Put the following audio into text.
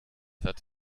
hat